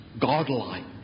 godlike